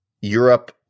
Europe